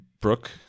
Brooke